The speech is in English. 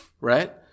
right